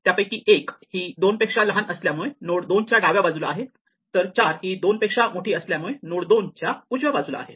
त्यापैकी 1 ही 2 पेक्षा लहान असल्यामुळे नोड 2 च्या डाव्या बाजूला आहे तर 4 ही 2 पेक्षा मोठी असल्यामुळे नोड 2 च्या उजव्या बाजूला आहे